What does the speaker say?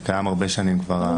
זה קיים הרבה שנים כבר,